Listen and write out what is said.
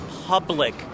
public